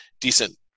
decent